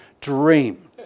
dream